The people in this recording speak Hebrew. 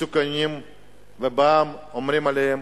מסוכנים ואומרים עליהם